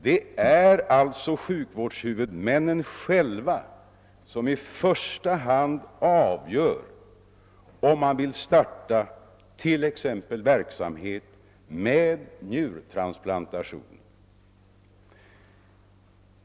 Det är alltså sjukvårdshuvudmännen själva som i första hand avgör om de vill starta t.ex. verksamhet med njurtransplantation.